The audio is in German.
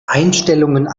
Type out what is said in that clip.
einstellungen